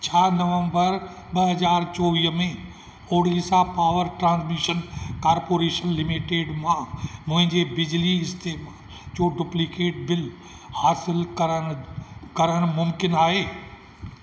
छा नवंबर ॿ हज़ार चोवीह में Odisha Power Transmission Corporation Limited मां मुंहिंजे बिजली इस्ते जो डुप्लीकेट बिल हासिलु करण करण मुमकिन आहे